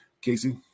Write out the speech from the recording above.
Casey